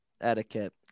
Etiquette